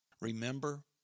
Remember